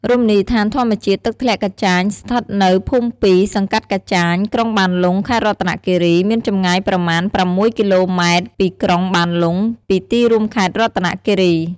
រមណីយដ្ឋានធម្មជាតិ ទឹកធ្លាក់កាចាញស្ថិតនៅភូមិពីរ សង្កាត់កាចាញ ក្រុងបានលុង ខេត្តរតនគិរី មានចំងាយប្រមាណ ប្រាំមួយគីឡូម៉េត្រពីក្រុងបានលុង ពីទីរួមខេត្តរតនគិរី ។